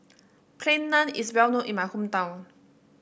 Plain Naan is well known in my hometown